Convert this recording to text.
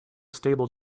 stable